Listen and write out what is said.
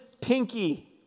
pinky